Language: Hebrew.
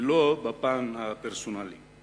ולא בפן הפרסונלי.